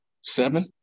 seven